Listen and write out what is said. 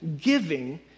giving